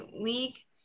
week